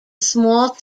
small